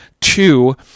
Two